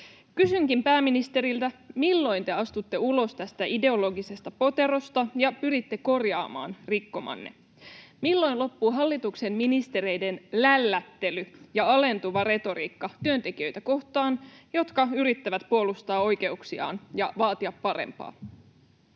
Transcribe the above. Kysynkin pääministeriltä: Milloin te astutte ulos tästä ideologisesta poterosta ja pyritte korjaamaan rikkomanne? Milloin loppuu hallituksen ministereiden lällättely ja alentuva retoriikka työntekijöitä kohtaan, jotka yrittävät puolustaa oikeuksiaan ja vaatia parempaa?